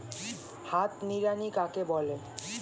হাত নিড়ানি কাকে বলে?